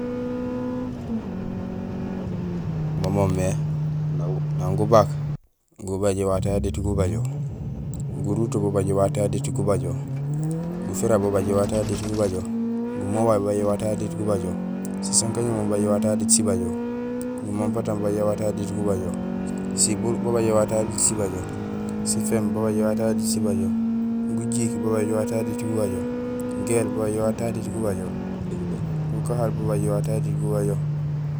Muting maan umimé babé gujééna gucé diit mubajo mo moomé: nang gubák, gubay éwato yan diit gabaaj, guruto gubaaj éwato yan diit gubajo. gufira gubaaj éwato yan diit gubajo, gumobay gubaaj éwato yan diit gubajo, sisakajumo babaaj éwato yan diit sibajo, gumampatang babaaj éwato yan diit gubajo, sibuur babaaj éwato yan diit sibajo, siféhimb babaaj éwato yan diit sibajo, gujiik babaaj éwato yan diit gubajo, géél babaaj éwato yan diit gabajo, gakahaal babaaj éwato yan diit gubajo